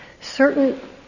Certain